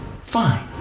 Fine